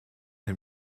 him